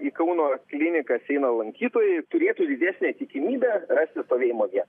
į kauno klinikas eina lankytojai turėtų didesnę tikimybę rasti stovėjimo vietą